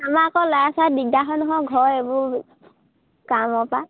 আমাৰ আকৌ ল'ৰাই চৰাই দিগদাৰ হয় নহয় ঘৰৰ এইবোৰ কামৰপৰা